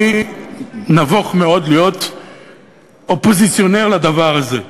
אני נבוך מאוד להיות אופוזיציונר לדבר הזה.